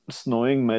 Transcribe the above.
snowing